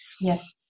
Yes